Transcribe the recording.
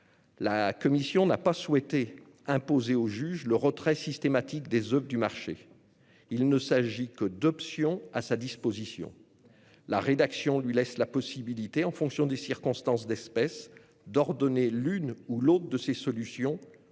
la commission n'a pas souhaité imposer au juge le retrait systématique des oeuvres du marché. Il ne s'agit que d'options à sa disposition. La rédaction retenue lui laisse la possibilité, en fonction des circonstances d'espèce, d'ordonner l'une ou l'autre de ces solutions,